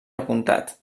apuntat